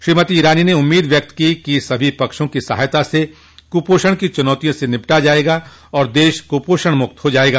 श्रीमती ईरानी ने उम्मीद ज़ाहिर की कि सभी पक्षों की सहायता से कुपोषण की चुनौतियों से निपटा जायेगा और देश कुपोषण मुक्त हो जायेगा